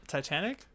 Titanic